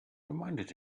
reminded